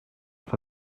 for